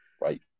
Right